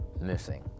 missing